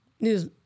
News